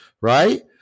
right